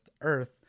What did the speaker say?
Earth